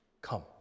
come